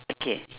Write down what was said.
okay